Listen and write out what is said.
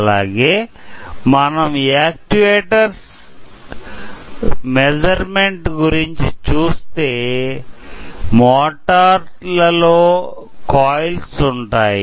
అలాగే మనం actuators measurement గూర్చి చూస్తే మోటార్ల లో కాయిల్స్ ఉంటాయి